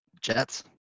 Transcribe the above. Jets